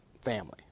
family